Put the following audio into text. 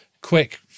quick